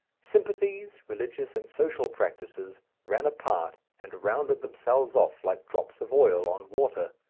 sympathies, religious and social practices, ran apart and rounded themselves off like drops of oil on water.